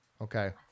Okay